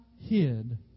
hid